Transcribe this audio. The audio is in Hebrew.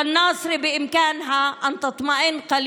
ונצרת יכולה להירגע מעט.